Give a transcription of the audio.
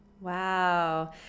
Wow